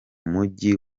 mujyi